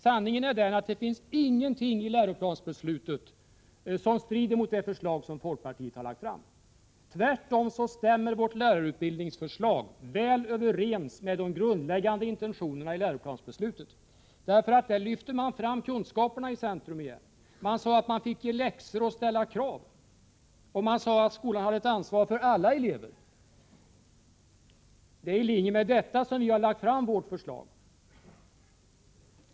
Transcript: Sanningen är att det inte finns någonting i läroplansbeslutet som strider mot det förslag som folkpartiet har lagt fram. Tvärtom stämmer vårt lärarutbildningsförslag väl överens med de grundläggande intentionerna i läroplansbeslutet. Genom detta beslut lyfter man åter fram kunskaperna i centrum. Där sägs att man får ge läxor och ställa krav och att skolan har ett ansvar för alla elever. Det är i linje med detta som vi har lagt fram vårt förslag.